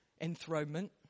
enthronement